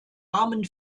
armen